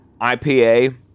IPA